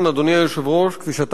וגם